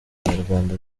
nyarwanda